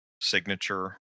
signature